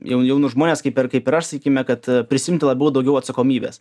jau jaunus žmones kaip ir kaip ir aš sakykime kad prisiimtų labiau daugiau atsakomybės